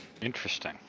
Interesting